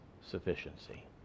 sufficiency